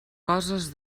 coses